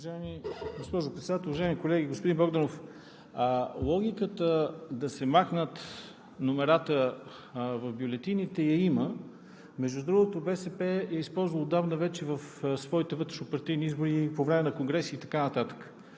Уважаема госпожо Председател, уважаеми колеги! Господин Богданов, логиката да се махнат номерата в бюлетините я има. Между другото, БСП я използва отдавна вече в своите вътрешнопартийни избори, по време на конгреси и така нататък.